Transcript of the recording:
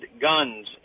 guns